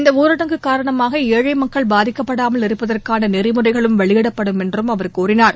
இந்த ஊரடங்கு காரணமாக ஏழை மக்கள் பாதிக்கப்படாமல் இருப்பதற்கான நெறிமுறைகளும் வெளியிடப்படும் என்றும் அவர் கூறினார்